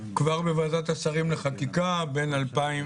כבר בוועדת השרים לחקיקה בין 2009